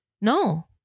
No